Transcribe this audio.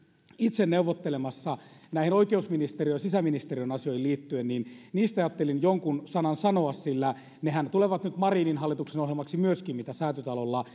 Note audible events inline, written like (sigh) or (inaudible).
itse neuvottelemassa näihin oikeusministeriön ja sisäministeriön asioihin liittyen niin niistä ajattelin jonkun sanan sanoa sillä nehän tulevat nyt marinin hallituksen ohjelmaksi myöskin mitä säätytalolla (unintelligible)